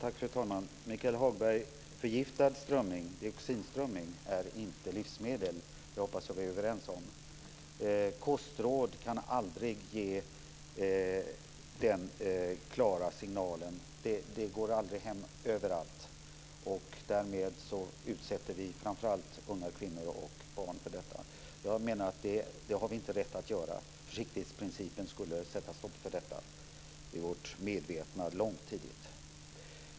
Fru talman! Förgiftad strömming - dioxinströmming - är inte livsmedel. Det hoppas jag att vi är överens om. Kostråd kan aldrig ge klara signaler. De går aldrig hem överallt. Därmed utsätter vi framför allt unga kvinnor och barn för detta. Det har vi inte rätt att göra. Försiktighetsprincipen borde sätta stopp för det tidigt.